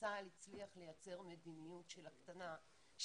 צה"ל הצליח לייצר מדיניות של הקטנה של